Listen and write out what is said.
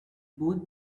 both